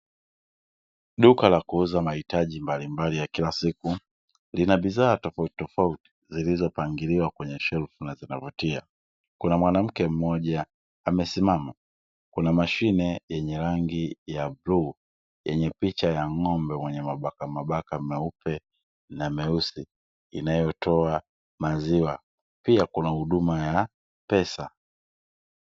Duka la kuuza mahitaji mbalimbali ya kila siku, lina bidhaa tofautitofauti zilizopangiliwa kwenye shelfu na zinavutia. Kuna mwanamke mmoja amesimama, kuna mashine yenye rangi ya bluu yenye picha ya ng' ombe mwenye mabakamabaka meupe na meusi inayotoa maziwa. Pia kuna huduma ya pesa.